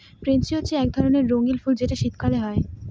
pansy হচ্ছে এক ধরণের রঙ্গীন ফুল যেটা শীতকালে হয়